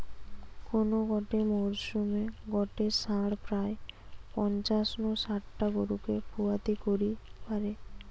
কোন গটে মরসুমে গটে ষাঁড় প্রায় পঞ্চাশ নু শাট টা গরুকে পুয়াতি করি পারে